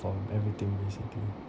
ya lah for everything basically